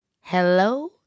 Hello